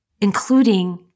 including